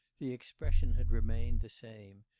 the expression had remained the same,